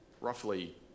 roughly